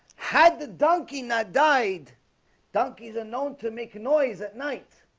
had the donkey not died donkeys are known to make a noise at night